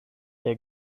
der